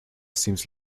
seems